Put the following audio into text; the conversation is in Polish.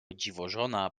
dziwożona